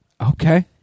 Okay